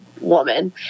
woman